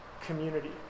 community